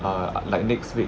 ah like next week